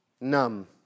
numb